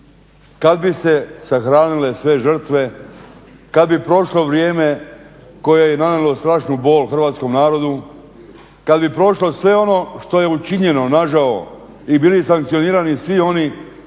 Kad bi se sahranile sve žrtve, kad bi prošlo vrijeme koje je nanijelo strašnu bol hrvatskom narodu, kad bi prošlo sve ono što je učinjeno nažao i bili sankcionirani svi oni